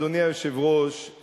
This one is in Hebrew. אדוני היושב-ראש,